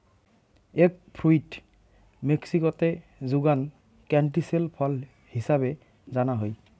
egg fruit মেক্সিকোতে যুগান canistel ফল হিছাবে জানা হই